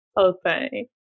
Okay